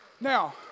now